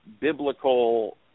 Biblical